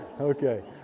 okay